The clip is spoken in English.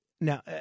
now